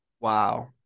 wow